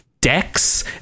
decks